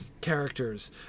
characters